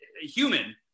human